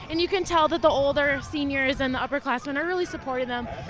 and you can tell that the older seniors and the upperclassman are really supporting them.